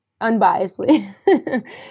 unbiasedly